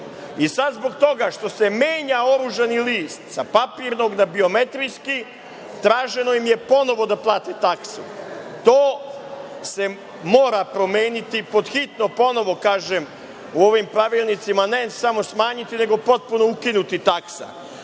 I, sad zbog toga što se menja oružani list, sa papirnog na birometrijski traženo im je da ponovo plate taksu. To se mora promeniti pod hitno, ponovo kažem, u ovim pravilnicima, ne samo smanjiti nego potpuno ukinuti taksa. Druga